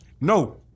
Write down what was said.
No